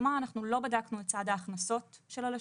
כלומר אנחנו לא בדקנו את צד ההכנסות של הלשכות,